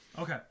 Okay